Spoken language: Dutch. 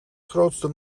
grootste